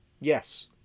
Yes